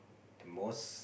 the most